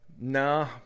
Nah